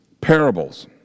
parables